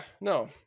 no